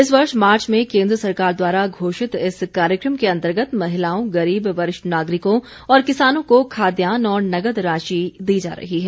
इस वर्ष मार्च में केन्द्र सरकार द्वारा घोषित इस कार्यक्रम के अंतर्गत महिलाओं गरीब वरिष्ठ नागरिकों और किसानों को खाद्यान्न और नकद राशि दी जा रही है